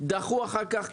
דחו אחר כך,